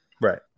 Right